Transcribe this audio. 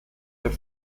der